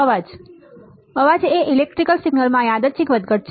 અવાજ અવાજ એ ઇલેક્ટ્રિકલ સિગ્નલમાં યાદચ્છિક વધઘટ છે